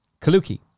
Kaluki